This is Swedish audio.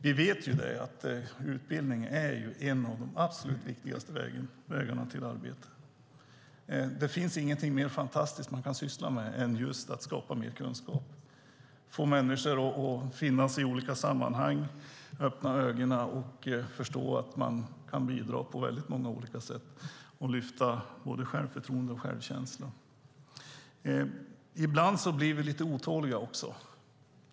Vi vet att utbildning är en av de absolut viktigaste vägarna till arbete. Det finns ingenting mer fantastiskt att syssla med än att skapa mer kunskap, få människor att öppna ögonen och förstå att man kan bidra på många olika sätt och att lyfta både deras självförtroende och deras självkänsla. Ibland blir vi lite otåliga.